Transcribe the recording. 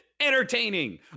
entertaining